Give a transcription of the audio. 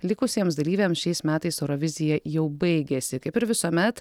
likusiems dalyviams šiais metais eurovizija jau baigėsi kaip ir visuomet